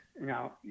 now